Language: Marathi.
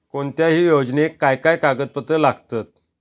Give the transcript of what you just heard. कोणत्याही योजनेक काय काय कागदपत्र लागतत?